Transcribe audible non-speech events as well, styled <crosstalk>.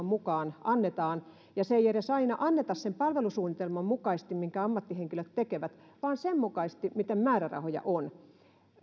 <unintelligible> mukaan annetaan ja sitä ei edes aina anneta sen palvelusuunnitelman mukaisesti minkä ammattihenkilöt tekevät vaan sen mukaisesti miten määrärahoja on